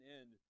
end